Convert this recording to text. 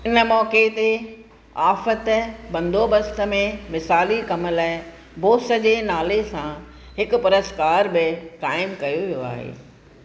इन मौक़े ते आफ़त बंदोबस्त में मिसाली कम लाइ बोस जे नाले सां हिकु पुरस्कार बि क़ाइमु कयो वियो आहे